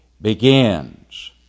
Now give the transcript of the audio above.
begins